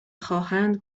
خواهند